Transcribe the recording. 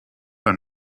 and